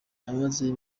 namazeyo